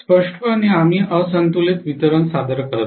स्पष्टपणे आम्ही असंतुलित वितरण सादर करत नाही